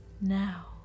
now